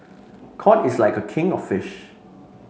cod is like a king of fish